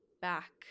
back